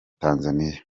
tanzania